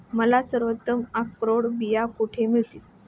मला सर्वोत्तम अक्रोड बिया कुठे मिळतील